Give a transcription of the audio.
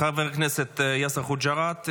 תודה רבה לחבר הכנסת יאסר חוג'יראת.